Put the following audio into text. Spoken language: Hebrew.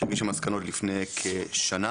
שהגישו מסקנות לפני כשנה.